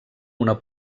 una